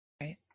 Right